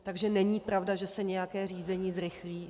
Takže není pravda, že se nějaké řízení zrychlí.